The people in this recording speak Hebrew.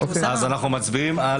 אנחנו מצביעים על